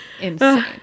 Insane